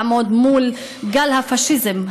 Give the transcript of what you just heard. לעמוד מול גל הפאשיזם,